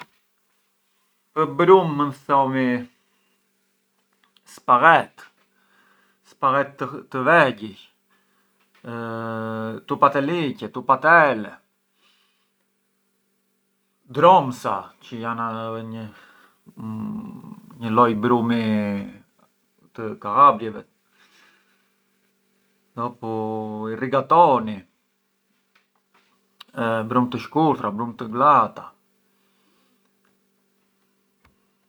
Për brumë mënd thomi, spaghetë, spaghetë të vegjij, tupateliqe, tupatele, dromsa çë jan një loj brumi të Kallabrjet, dopu i rigatoni, brumë të shkurtura, brumë të glata.